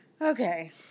Okay